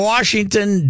Washington